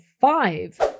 five